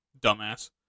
Dumbass